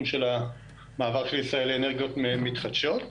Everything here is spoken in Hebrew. של המעבר של ישראל לאנרגיות מתחדשות.